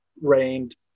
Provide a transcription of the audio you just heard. rained